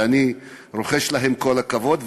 שאני רוחש להם כל הכבוד,